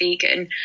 vegan